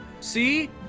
See